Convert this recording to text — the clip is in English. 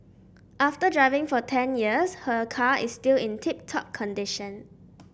after driving for ten years her car is still in tip top condition